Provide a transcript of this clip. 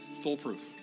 foolproof